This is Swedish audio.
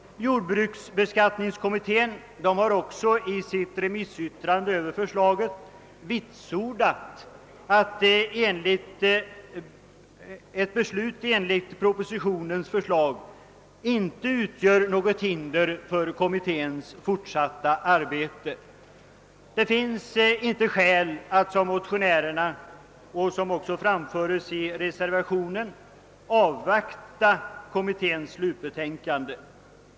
Jordbruksbeskattningskommittén har också i remissyttrande över förslaget vitsordat att ett beslut i enlighet med propositionens förslag inte utgör något hinder för kommitténs fortsatta arbete. Det finns sålunda inga skäl att, som motionärerna önskar och som framförts i reservationen, avvakta kommitténs slutbetänkande.